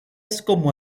como